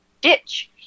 ditch